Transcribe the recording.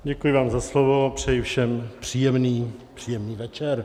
Děkuji vám za slovo a přeji všem příjemný večer.